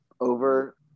over